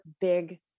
big